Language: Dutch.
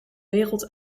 wereld